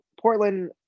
portland